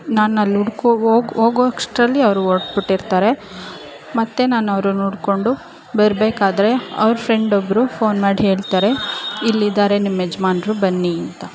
ನಾನಲ್ಲಿ ಹುಡ್ಕೋಕ್ ಹೋಗ್ ಹೋಗೊ ಅಷ್ಟರಲ್ಲಿ ಅವ್ರು ಹೊರಟ್ಬಿಟ್ಟಿರ್ತಾರೆ ಮತ್ತು ನಾನು ಅವ್ರನ್ನು ಹುಡ್ಕೊಂಡು ಬರಬೇಕಾದ್ರೆ ಅವ್ರ ಫ್ರೆಂಡ್ ಒಬ್ಬರು ಫೋನ್ ಮಾಡಿ ಹೇಳ್ತಾರೆ ಇಲ್ಲಿದ್ದಾರೆ ನಿಮ್ಮ ಯಜಮಾನ್ರು ಬನ್ನೀ ಅಂತ